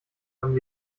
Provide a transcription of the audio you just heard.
beim